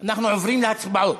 אנחנו עוברים להצבעות.